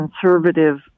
conservative